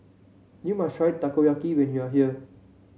you must try Takoyaki when you are here